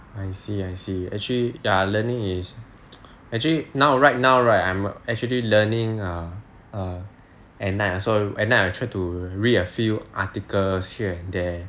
I see I see actually ya learning is actually now right now right I'm actually learning err err at night so at night I try to read a few articles here and there